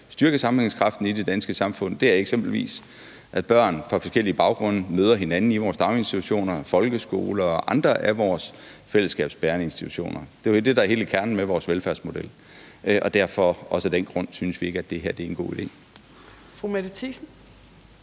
styrke sammenhængskraften i det danske samfund, eksempelvis er, at børn fra forskellige baggrunde møder hinanden i vores daginstitutioner, folkeskoler og andre af vores fællesskabsbærende institutioner. Det er jo det, der er hele kernen i vores velfærdsmodel, og også af den grund synes vi ikke, at det her er en god idé.